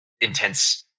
intense